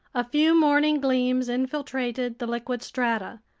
a few morning gleams infiltrated the liquid strata.